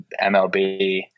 MLB